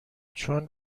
چون